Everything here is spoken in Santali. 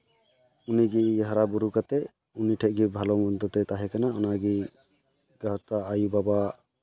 ᱩᱱᱤᱜᱮ ᱦᱟᱨᱟᱼᱵᱩᱨᱩ ᱠᱟᱛᱮ ᱩᱱᱤ ᱴᱷᱮᱡ ᱜᱮ ᱵᱷᱟᱞᱳ ᱛᱟᱦᱮᱸ ᱠᱟᱱᱟ ᱚᱱᱟᱜᱮ ᱟᱭᱳᱼᱵᱟᱵᱟᱣᱟᱜ